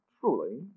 truly